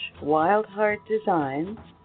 wildheartdesigns